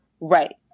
Right